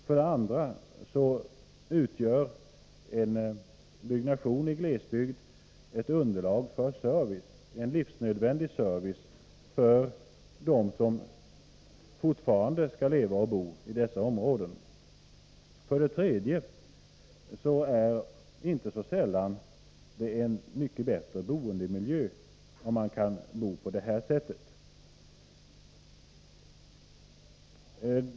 För det andra utgör byggande i glesbygd ett underlag för service, en livsnödvändig service för dem som fortfarande skall leva och bo i dessa områden. För det tredje får man inte så sällan en mycket bättre boendemiljö om man bor på det här sättet.